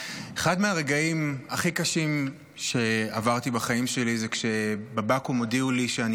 אחד מהרגעים הכי קשים שעברתי בחיים שלי זה כשבבקו"ם הודיעו לי שאני